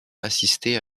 assister